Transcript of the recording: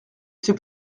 c’est